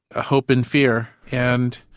ah hope and fear, and